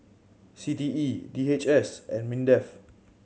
C T E D H S and MINDEF